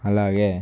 అలాగే